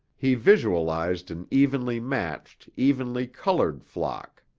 he visualized an evenly matched, evenly colored flock.